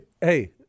Hey